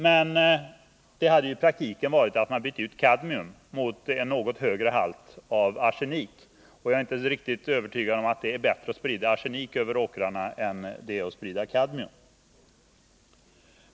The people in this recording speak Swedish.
Men det hade i praktiken inneburit att man bytt ut kadmium mot en något högre halt av arsenik, och jag är inte riktigt övertygad om att det är bättre att sprida arsenik över åkrarna än det är att sprida kadmium.